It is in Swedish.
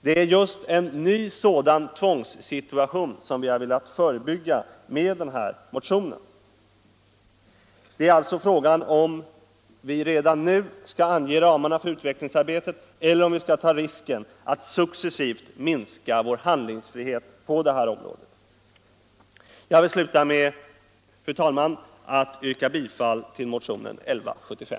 Det är just en ny sådan tvångssituation vi har velat förebygga med den här motionen. Det gäller alltså om vi redan nu skall ange ramarna för utvecklingsarbetet eller om vi skall ta risken till en successiv minskning av vår handlingsfrihet på det här området. Jag vill avsluta med, fru talman, att yrka bifall till motionen 1175.